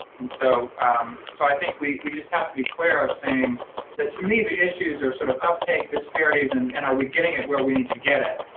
and so so i think we we just have to be clear of saying that to me the issues are sort of uptake disparities and and are we getting it where we need to get it,